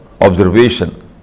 observation